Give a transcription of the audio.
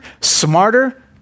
smarter